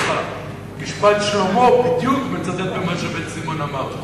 משפט שלמה בדיוק מצטט את מה שאמר חבר הכנסת בן-סימון.